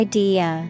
Idea